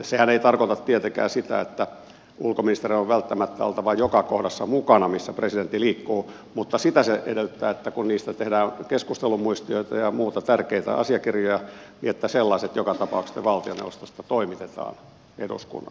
sehän ei tarkoita tietenkään sitä että ulkoministerin on välttämättä oltava joka kohdassa mukana missä presidentti liikkuu mutta sitä se edellyttää että kun niistä asioista tehdään keskustelumuistioita ja muita tärkeitä asiakirjoja sellaiset joka tapauksessa valtioneuvostosta toimitetaan eduskunnalle